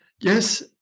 Yes